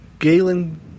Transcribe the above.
Galen